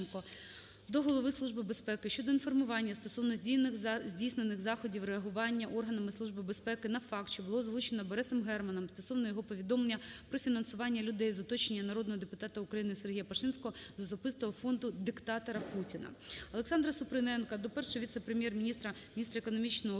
до Голови Служби безпеки щодо інформування стосовно здійснених заходів реагування органами Служби безпеки на факти, що було озвучено Борисом Германом, стосовно його повідомлення про фінансування людей з "оточення" народного депутата України СергіяПашинського з особистого фонду диктатора Путіна. ОлександраСупруненка до Першого віце-прем'єр-міністра - міністра економічного